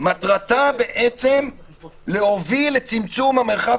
מטרתה למעשה להוביל לצמצום המרחב